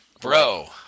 Bro